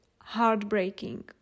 heartbreaking